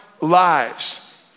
lives